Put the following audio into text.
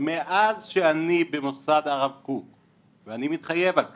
מאז שאני במוסד הרב קוק, ואני מתחייב על כך,